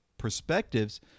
perspectives